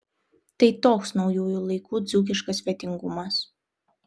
tai toks naujųjų laikų dzūkiškas svetingumas